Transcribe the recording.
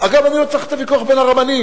אגב, אני לא צריך את הוויכוח בין הרבנים,